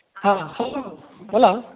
हां हॅलो बोला